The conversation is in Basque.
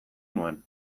nuen